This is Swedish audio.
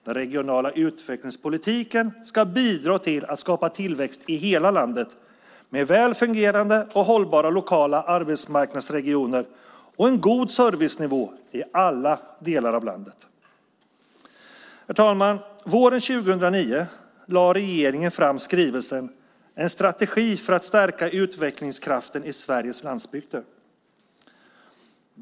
Den regionala utvecklingspolitiken ska bidra till att skapa tillväxt i hela landet, väl fungerande och hållbara lokala arbetsmarknadsregioner och en god servicenivå i alla delar av landet. Herr talman! Våren 2009 lade regeringen fram skrivelsen En strategi för att stärka utvecklingskraften i Sveriges landsbygder .